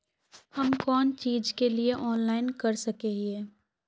हम कोन चीज के लिए ऑनलाइन कर सके हिये?